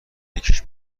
یکیش